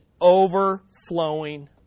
overflowing